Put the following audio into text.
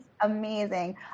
amazing